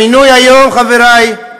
המינוי היום, חברי,